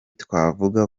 twavuga